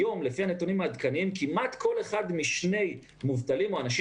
היום לפי הנתונים העדכניים כמעט כל אחד משני מובטלים או אנשים